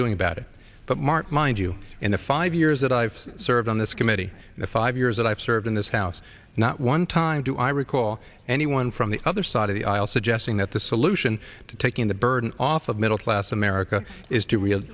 it but mark mind you in the five years that i've served on this committee in the five years that i've served in this house not one time do i recall anyone from the other side of the aisle suggesting that the solution to taking the burden off of middle class america is to